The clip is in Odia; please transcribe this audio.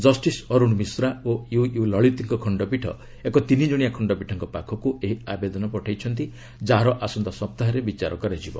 ଜଷ୍ଟିସ୍ ଅରୁଣ ମିଶ୍ରା ଓ ୟୁୟୁ ଲଳିତଙ୍କ ଖଶ୍ଚପୀଠ ଏକ ତିନିଜଣିଆ ଖଶ୍ଚପୀଠଙ୍କ ପାଖକୁ ଏହି ଆବେଦନ ପଠାଇଛନ୍ତି ଯାହାର ଆସନ୍ତା ସପ୍ତାହରେ ବିଚାର କରାଯିବ